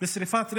בשרפת רכב,